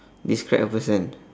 describe a person